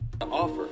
Offer